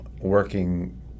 working